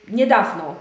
niedawno